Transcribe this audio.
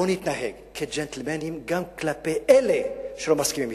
אני אומר: בואו נתנהג כג'נטלמנים גם כלפי אלה שלא מסכימים אתנו.